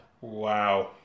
wow